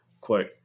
quote